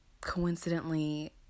coincidentally